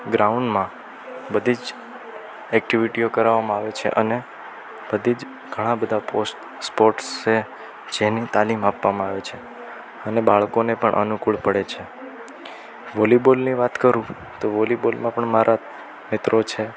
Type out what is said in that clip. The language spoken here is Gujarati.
ગ્રાઉંડમાં બધી જ એક્ટિવિટીઓ કરાવામાં આવે છે અને બધી જ ઘણા જ બધા પોસ્ટ સ્પોર્ટ્સ છે જેની તાલીમ આપવામાં આવે છે અને બાળકોને પણ અનુકૂળ પડે છે વોલીબોલની વાત કરુ તો વોલીબોલમાં પણ મારા મિત્રો છે